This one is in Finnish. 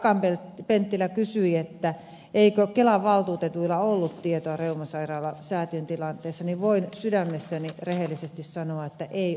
akaan penttilä kysyi että eikö kelan valtuutetuilla ollut tietoa reumasäätiön sairaalan tilanteesta niin voin sydämessäni rehellisesti sanoa että ei ollut